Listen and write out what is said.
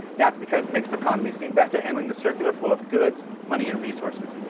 that's because mixed economies seem best at handling the circular flow of goods, money, and resources.